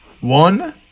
One